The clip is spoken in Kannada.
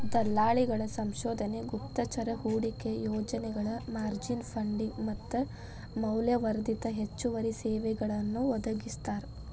ದಲ್ಲಾಳಿಗಳ ಸಂಶೋಧನೆ ಗುಪ್ತಚರ ಹೂಡಿಕೆ ಯೋಜನೆಗಳ ಮಾರ್ಜಿನ್ ಫಂಡಿಂಗ್ ಮತ್ತ ಮೌಲ್ಯವರ್ಧಿತ ಹೆಚ್ಚುವರಿ ಸೇವೆಗಳನ್ನೂ ಒದಗಿಸ್ತಾರ